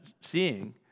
seeing